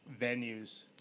venues